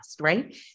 right